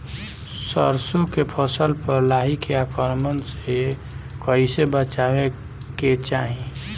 सरसो के फसल पर लाही के आक्रमण से कईसे बचावे के चाही?